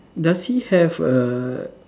does he have err